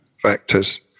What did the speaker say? factors